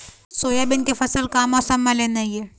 Soybean के फसल का मौसम म लेना ये?